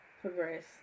progress